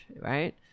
right